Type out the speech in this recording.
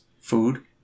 Food